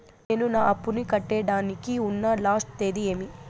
నేను నా అప్పుని కట్టేదానికి ఉన్న లాస్ట్ తేది ఏమి?